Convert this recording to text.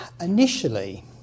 initially